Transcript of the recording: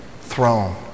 throne